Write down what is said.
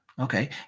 okay